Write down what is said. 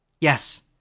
Yes